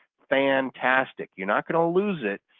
fantastic. you're not going to lose it.